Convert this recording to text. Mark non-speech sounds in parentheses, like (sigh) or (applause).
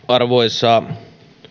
(unintelligible) arvoisa